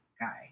guy